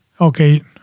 okay